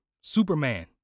Superman